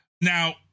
Now